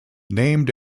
named